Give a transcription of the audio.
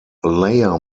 layer